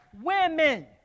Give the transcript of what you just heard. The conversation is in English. women